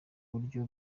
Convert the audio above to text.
buryo